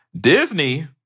Disney